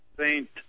saint